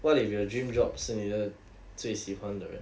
what if your dream job 是你的最喜欢的人